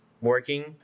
working